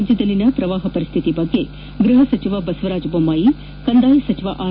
ರಾಜ್ಞದಲ್ಲಿನ ಪ್ರವಾಪ ಪರಿಸ್ತಿತಿ ಕುರಿತು ಗೃಪ ಸಚಿವ ಬಸವರಾಜ ಜೊಮ್ನಾಯ ಕಂದಾಯ ಸಚಿವ ಆರ್